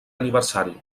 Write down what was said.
aniversari